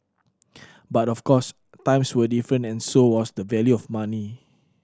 but of course times were different and so was the value of money